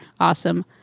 awesome